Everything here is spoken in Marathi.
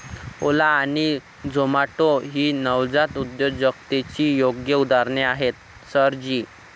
ओला आणि झोमाटो ही नवजात उद्योजकतेची योग्य उदाहरणे आहेत सर जी